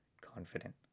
confident